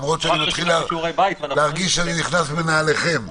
למרות שאני מתחיל להרגיש שאני והוועדה נכנסים לנעליכם.